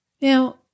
Now